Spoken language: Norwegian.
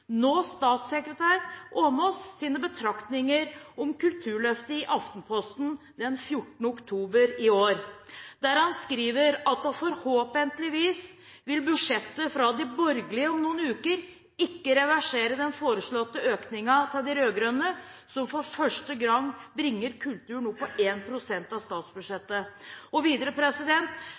nå statssekretær, Åmås’ betraktninger om Kulturløftet i Aftenposten den 14. oktober i år. Han skrev: «Forhåpentlig vil budsjettet fra de borgerlige om noen uker ikke reversere den foreslåtte økningen til de rødgrønne, som for første gang bringer kultur opp på 1 prosent av statsbudsjettet. Det ville være et både uheldig og